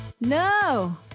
No